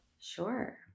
Sure